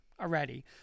already